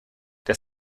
der